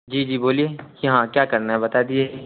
जी जी बोलिए कि हाँ क्या करना है बता दिजीए